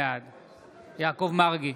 בעד יעקב מרגי,